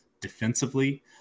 defensively